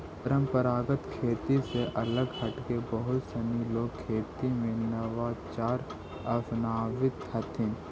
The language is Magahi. परम्परागत खेती से अलग हटके बहुत सनी लोग खेती में नवाचार अपनावित हथिन